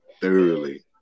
thoroughly